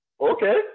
okay